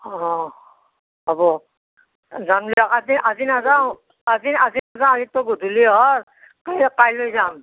অ হ'ব যাম দিয়ক আজি আজি নাযাওঁ আজি আজি আজিতো গধূলি হ'ল কা কাইলৈ যাম